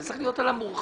זה צריך להיות על המורחב.